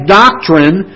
doctrine